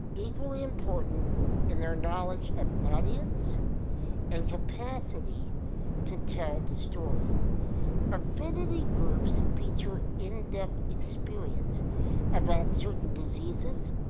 equally important in their knowledge of audience and capacity to tell the story affinity groups feature in-depth experience about certain diseases,